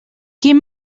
quin